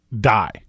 die